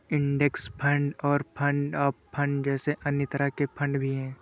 index fund और fund of fund जैसे अन्य तरह के फण्ड भी हैं